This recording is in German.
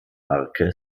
marke